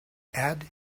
add